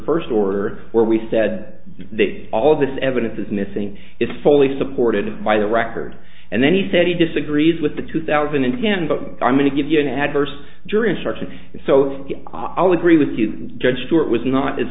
first order where we said that all this evidence is missing it's fully supported by the record and then he said he disagrees with the two thousand and again but i'm going to give you an adverse jury instruction so i will agree with you judge stewart was not as